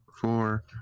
four